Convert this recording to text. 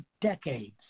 decades